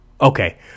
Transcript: Okay